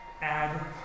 Add